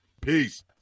Peace